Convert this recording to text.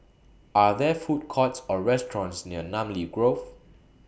Are There Food Courts Or restaurants near Namly Grove